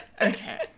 Okay